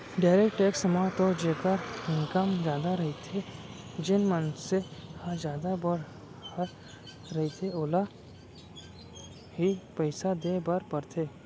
direct tax म तो जेखर इनकम जादा रहिथे जेन मनसे ह जादा बड़हर रहिथे ओला ही पइसा देय बर परथे